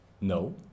No